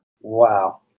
wow